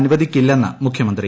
അനുവദിക്കില്ലെന്ന് മുഖ്യമന്ത്രി